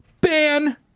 ban